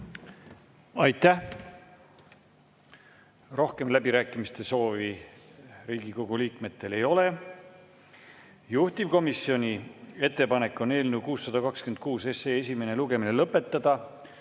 Aitäh! Rohkem läbirääkimiste soovi Riigikogu liikmetel ei ole. Juhtivkomisjoni ettepanek on eelnõu 626 esimene lugemine lõpetada.